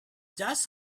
just